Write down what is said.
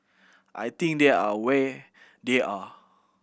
I think they are away they are